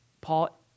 Paul